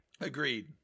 Agreed